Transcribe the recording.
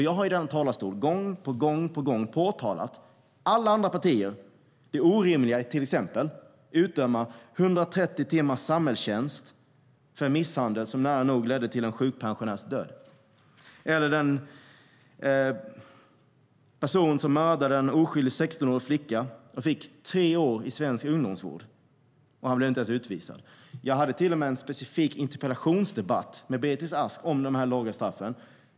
Jag har i talarstolen gång på gång påpekat för alla andra partier det orimliga i att till exempel utdöma 130 timmars samhällstjänst för en misshandel som nära nog ledde till en sjukpensionärs död eller att den person som dödade en oskyldig 16-årig flicka fick tre år i svensk ungdomsvård och inte ens blev utvisad. Jag hade till och med en interpellationsdebatt med Beatrice Ask om dessa låga straff.